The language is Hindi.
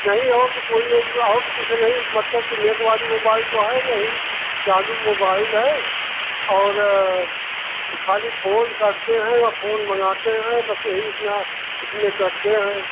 नहीं और तो कोई और तो कुछ नहीं मतलब कि नेट वाला मोबाइल तो है नहीं चालू मोबाइल है और ख़ाली फ़ोन करते हैं और फ़ोन मंगाते हैं बस यही इतना इसमें करते हैं